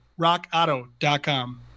rockauto.com